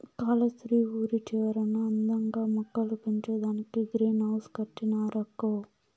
కాలస్త్రి ఊరి చివరన అందంగా మొక్కలు పెంచేదానికే గ్రీన్ హౌస్ కట్టినారక్కో